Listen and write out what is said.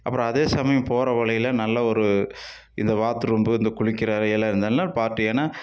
அப்புறம் அதே சமயம் போகிற வழியில் நல்ல ஒரு இந்த பாத்ரூம் இந்த குளிக்கிற அறை எல்லா இருந்ததுனால் பார்ட்டி ஏனா